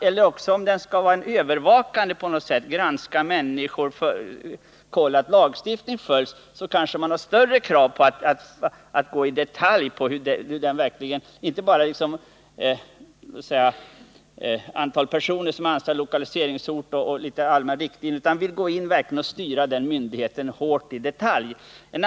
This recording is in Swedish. Om myndigheten i fråga är övervakande, granskar människor och kollar att lagstiftningen följs kanske riksdagen bör ställa större krav på att i detalj gå in och styra verksamheten och inte bara fastställa antalet personer som skall vara anställda, lokaliseringsort och litet allmänna riktlinjer.